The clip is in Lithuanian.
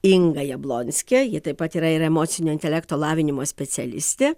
inga jablonskė ji taip pat yra ir emocinio intelekto lavinimo specialistė